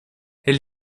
elle